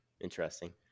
interesting